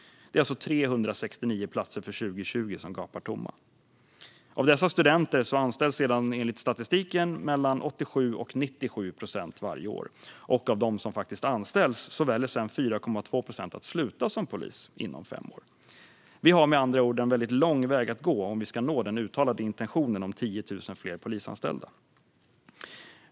Det är alltså 369 platser för 2020 som gapar tomma. Av dessa studenter anställs sedan enligt statistiken 87-97 procent varje år. Av dem som faktiskt anställs väljer sedan 4,2 procent att sluta som polis inom fem år. Vi har med andra ord en lång väg att gå om vi ska nå den uttalade intentionen om 10 000 fler polisanställda.